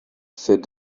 said